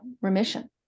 remission